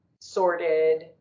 sorted